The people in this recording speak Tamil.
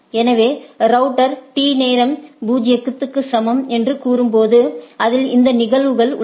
எனவே ரவுட்டர் t நேரம் 0 க்கு சமம் என்று கூறும்போது அதில் இந்த நிகழ்வுகள் உள்ளன